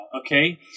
Okay